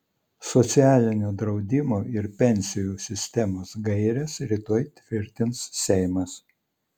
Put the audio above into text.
socialinio draudimo ir pensijų sistemos gaires rytoj tvirtins seimas